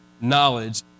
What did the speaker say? knowledge